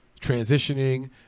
transitioning